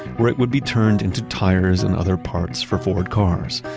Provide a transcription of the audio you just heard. where it would be turned into tires and other parts for ford cars.